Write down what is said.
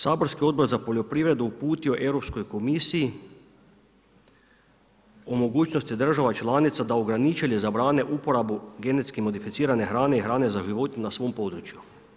Saborski Odbor za poljoprivredu uputio je Europskoj komisiji o mogućnosti država članica da ograniče ili zabrane uporabo genetski modificirane hrane i hrane za ... na svom području.